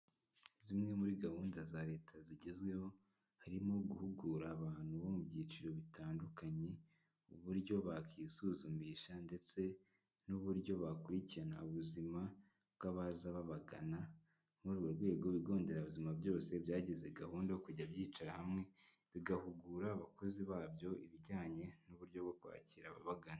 Zimwe muri gahunda za leta zigezweho, harimo guhugura abantu bo mu byiciro bitandukanye, uburyo bakwisuzumisha ndetse n'uburyo bakurikirana ubuzima bw'abaza babagana, muri urwo rwego ibigo nderabuzima byose byagize gahunda yo kujya byicara hamwe, bigahugura abakozi babyo, ibijyanye n'uburyo bwo kwakira ababagana.